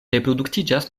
reproduktiĝas